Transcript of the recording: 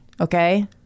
okay